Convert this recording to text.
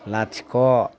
लाथिख'